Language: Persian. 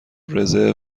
رزرو